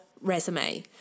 resume